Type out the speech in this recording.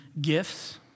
gifts